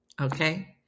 Okay